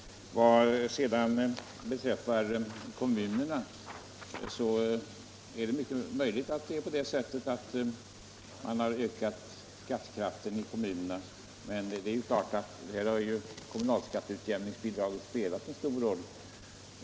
Det är mycket möjligt att skattekraften har ökat i kommunerna, men där har kommunalskatteutjämningsbidraget spelat en stor roll.